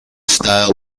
stale